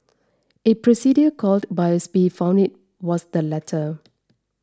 a procedure called biopsy found it was the latter